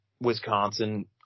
Wisconsin